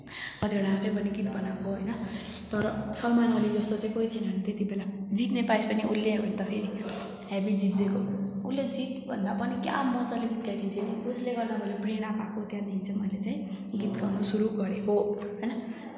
कतिवटा आफै पनि गीत बनाएको होइन तर सलमान अली जस्तो चाहिँ कोही थिएन नि त्यत्तिबेला जित्ने प्राइस पनि उसले हो नि त फेरि हेभी जितिदिएको उसले जितभन्दा पनि क्या मज्जाले गीत गाइदिन्थ्यो नि उसले गर्दा मैले प्रेरणा पाएको त्यहाँदेखि चाहिँ मैले चाहिँ गीत गाउन सुरु गरेको होइन